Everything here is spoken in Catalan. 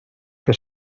que